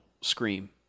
Scream